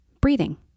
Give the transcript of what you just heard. breathing